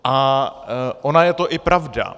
A ona je to i pravda.